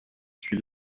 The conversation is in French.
suis